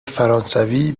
فرانسوی